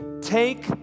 Take